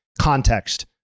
context